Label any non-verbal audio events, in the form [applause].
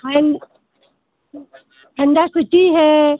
hand [unintelligible] Handa city है